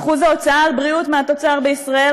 שיעור ההוצאה על בריאות מהתוצר בישראל